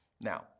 Now